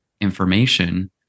information